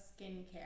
skincare